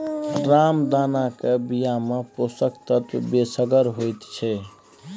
रामदानाक बियामे पोषक तत्व बेसगर होइत छै